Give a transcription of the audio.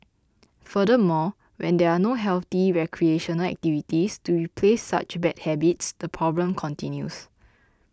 furthermore when there are no healthy recreational activities to replace such bad habits the problem continues